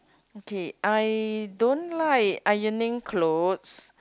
okay I don't like ironing clothes